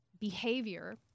behavior